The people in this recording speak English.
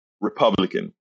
Republican